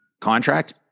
contract